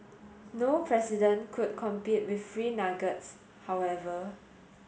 no president could compete with free nuggets however